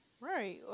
Right